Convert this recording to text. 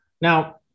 Now